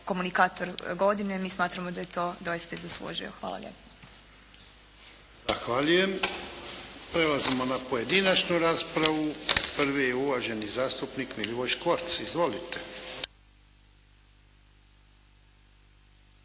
komunikator godine. Mi smatramo da je to doista i zaslužio. Hvala lijepa. **Jarnjak, Ivan (HDZ)** Zahvaljujem. Prelazimo na pojedinačnu raspravu. Prvi je uvaženi zastupnik Milivoj Škvorc. Izvolite.